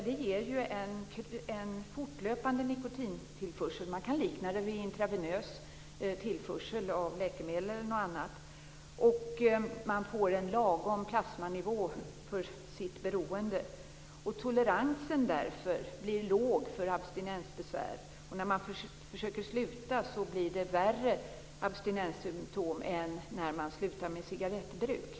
Det ger ju en fortlöpande nikotintillförsel. Man kan likna den vid intravenös tillförsel av läkemedel eller något annat. Man får en lagom plasmanivå för sitt beroende, och toleransen blir därför låg för abstinensbesvär. När man försöker sluta blir det värre abstinenssymtom än när man slutar med cigarettbruk.